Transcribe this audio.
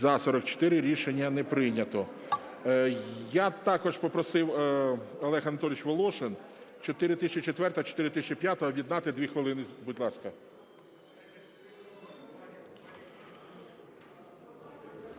За-44 Рішення не прийнято. Як також попросив Олег Анатолійович Волошин, 4004, 4005 об'єднати. Дві хвилини, будь ласка.